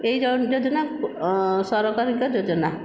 ଏହି ଜଳ ଯୋଜନା ସରକାରଙ୍କ ଯୋଜନା